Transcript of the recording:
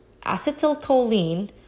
acetylcholine